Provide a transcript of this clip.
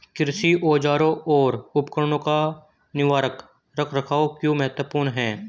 कृषि औजारों और उपकरणों का निवारक रख रखाव क्यों महत्वपूर्ण है?